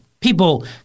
people